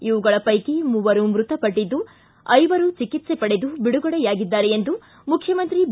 ಇವುಗಳ ಪೈಕಿ ಮೂವರು ಮೃತಪಟ್ಟಿದ್ದು ಐವರು ಚಿಕಿತ್ಸೆ ಪಡೆದು ಬಿಡುಗಡೆಯಾಗಿದ್ದಾರೆ ಎಂದು ಮುಖ್ಯಮಂತ್ರಿ ಬಿ